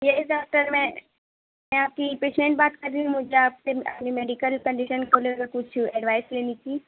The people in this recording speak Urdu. یس ڈاکٹر میں میں آپ کی پیسنٹ بات کر رہی ہوں مجھے آپ کی میڈیکل کنڈیشن کو لے کر کچھ ایڈوائس لینی تھی